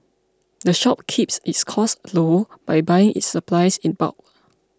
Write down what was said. the shop keeps its costs low by buying its supplies in bulk